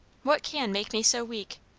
what can make me so weak?